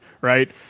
Right